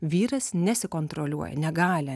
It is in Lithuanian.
vyras nesikontroliuoja negali